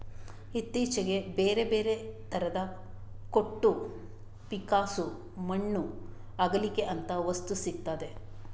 ಇತ್ತೀಚೆಗೆ ಬೇರೆ ಬೇರೆ ತರದ ಕೊಟ್ಟು, ಪಿಕ್ಕಾಸು, ಮಣ್ಣು ಅಗೀಲಿಕ್ಕೆ ಅಂತ ವಸ್ತು ಸಿಗ್ತದೆ